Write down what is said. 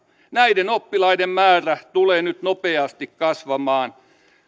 näiden oppilaiden määrä tulee nyt nopeasti kasvamaan